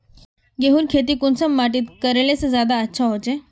गेहूँर खेती कुंसम माटित करले से ज्यादा अच्छा हाचे?